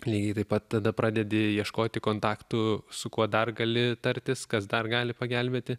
lygiai taip pat tada pradedi ieškoti kontaktų su kuo dar gali tartis kas dar gali pagelbėti